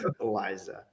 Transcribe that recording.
Eliza